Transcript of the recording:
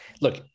look